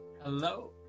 Hello